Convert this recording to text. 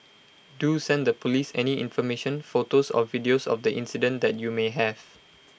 do send the Police any information photos or videos of the incident that you may have